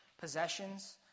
possessions